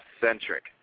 centric